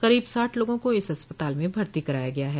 करीब साठ लोगों को इस अस्पताल में भर्ती कराया गया है